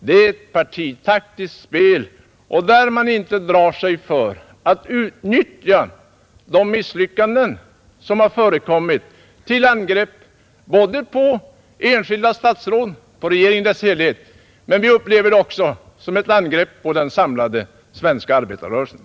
Det är ett partitaktiskt spel, där man inte drar sig för att utnyttja de misslyckanden som har förekommit till angrepp på både enskilda statsråd och regeringen i dess helhet. Men vi upplever det också såsom ett angrepp på den samlade svenska arbetarrörelsen.